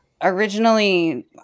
Originally